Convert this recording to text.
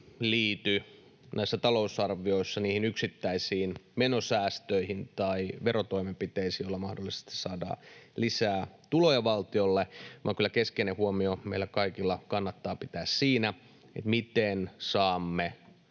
liity näissä talousarvioissa niihin yksittäisiin menosäästöihin tai verotoimenpiteisiin, joilla mahdollisesti saadaan lisää tuloja valtiolle, vaan kyllä keskeinen huomio meillä kaikilla kannattaa pitää siinä, miten saamme